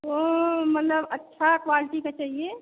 वह मतलब अच्छा क्वालिटी का चाहिए